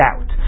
out